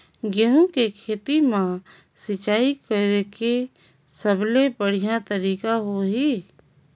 गंहू के खेती मां सिंचाई करेके सबले बढ़िया तरीका होही?